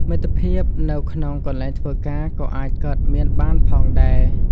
មិត្តភាពនៅក្នុងកន្លែងធ្វើការក៏អាចកើតមានបានផងដែរ។